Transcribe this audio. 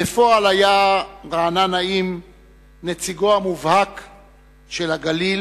בפועל היה רענן נעים נציגו המובהק של הגליל